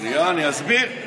שנייה, אני אסביר.